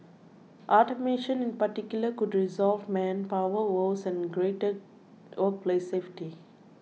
automation in particular could resolve manpower woes and greater workplace safety